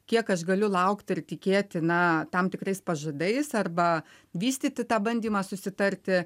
kiek aš galiu laukti ir tikėti na tam tikrais pažadais arba vystyti tą bandymą susitarti